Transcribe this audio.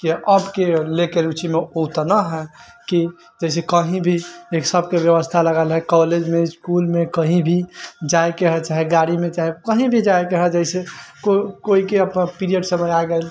की अबके लेके रुचिमे ओतना हइ कि जइसे कहीँ भी सबके बेबस्था लगल हइ कॉलेजमे इसकुलमे कहीँ भी जाइके हइ चाहे गाड़ीमे चाहे कहीँ भी जाइके हइ जइसे कोइके पीरियड्स अगर आ गेल